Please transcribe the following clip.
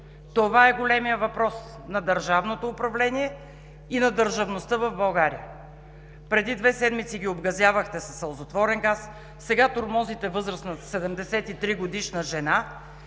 Това е големият въпрос на държавното управление и на държавността в България. Преди две седмици ги обгазявахте със сълзотворен газ, сега тормозите възрастната 73-годишна жена.